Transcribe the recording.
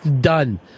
Done